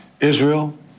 Israel